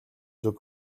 зүг